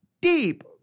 deep